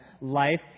life